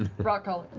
rockcaller.